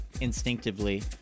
instinctively